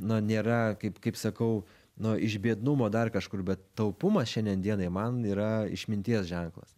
nu nėra kaip kaip sakau nu iš biednumo dar kažkur bet taupumas šiandien dienai man yra išminties ženklas